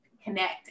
connect